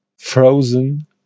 Frozen